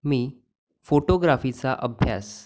मी फोटोग्राफीचा अभ्यास